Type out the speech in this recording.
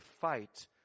fight